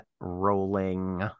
rolling